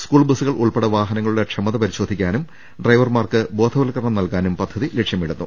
school ബസുകൾ ഉൾപ്പടെ വാഹനങ്ങളുടെ ക്ഷമത പരിശോധിക്കുന്നതിനും ഡ്രൈവർമാർക്ക് ബോധവൽക്കരണം നൽകുന്നതിനും പദ്ധതി ലക്ഷ്യമിടുന്നു